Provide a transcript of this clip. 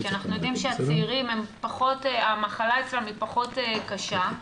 כי אנחנו יודעים שאצל הצעירים המחלה פחות קשה.